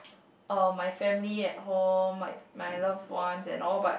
uh my family at home my my loved ones and all but